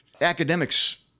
academics